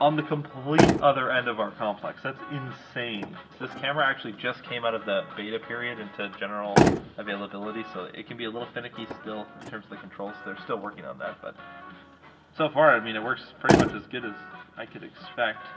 on the complete other end of our complex. that's insane. this camera actually just came out of the beta period into general availability, so it can be a little finicky still in terms of the controls. they're still working on that, but so far, i mean, it works pretty much as good as i could expect.